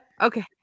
Okay